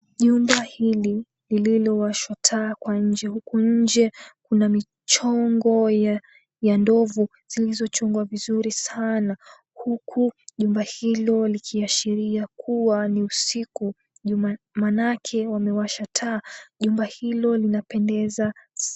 Jumba hili lililowashwa taa kwa nje huku nje kuna michongo ya ndovu zilizochongwa vizuri sana huku jumba hilo likiashiria kuwa ni usiku maanake wamewasha taa. Jumba hilo linapendeza.